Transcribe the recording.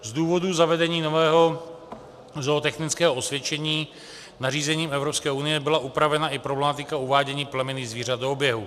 Z důvodu zavedení nového zootechnického osvědčení nařízením Evropské unie byla upravena i problematika uvádění plemenných zvířat do oběhu.